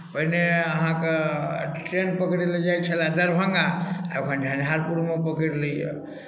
पहिने अहाँके ट्रेन पकड़ै लेल जाइत छलए दरभंगा एखन झञ्झारपुरमे पकड़ि लैए